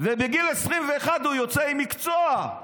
ובגיל 21 הוא יוצא עם מקצוע,